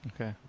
Okay